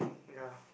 ya